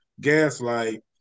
Gaslight